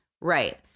Right